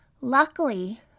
Luckily